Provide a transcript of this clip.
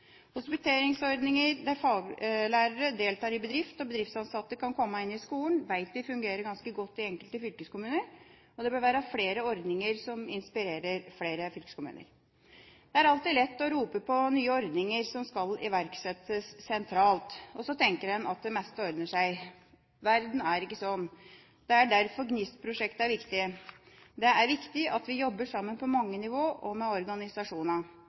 Hospiteringsordninger der faglærere deltar i bedrift og bedriftsansatte kan komme inn i skolen, vet vi fungerer ganske godt i enkelte fylkeskommuner. Det bør være flere ordninger som inspirerer flere fylkeskommuner. Det er alltid lett å rope på nye ordninger som skal iverksettes sentralt, og så tenker en at det meste ordner seg. Verden er ikke slik. Det er derfor GNIST-prosjektet er viktig. Det er viktig at vi jobber sammen på mange nivå og med